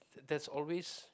that's always